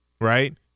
right